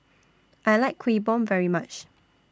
I like Kuih Bom very much